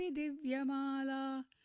divyamala